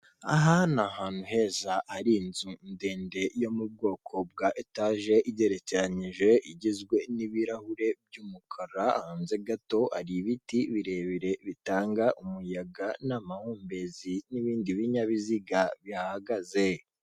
Aha ni ahantu heza hari inzu ndende yo mu bwoko bwa etaje igerekeranyije igizwe n'ibirahure by'umukara, hanze gato hari ibiti birebire bitanga umuyaga n'amahumbezi n'ibindi binyabiziga bihahagaze.